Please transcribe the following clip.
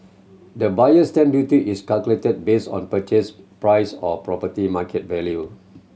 the Buyer's Stamp Duty is calculated based on purchase price or property market value